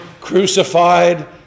crucified